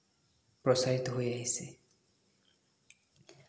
প্ৰচাৰিত হৈ আহিছে